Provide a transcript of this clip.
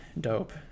dope